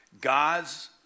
God's